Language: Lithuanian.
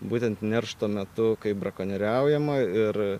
būtent neršto metu kai brakonieriaujama ir